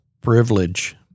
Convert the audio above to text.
privilege